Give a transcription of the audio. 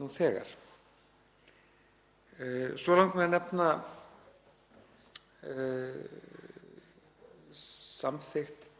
nú þegar. Svo langar mig að nefna samþykkt